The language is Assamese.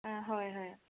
অ' হয় হয়